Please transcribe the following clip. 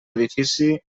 edifici